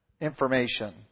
information